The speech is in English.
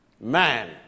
Man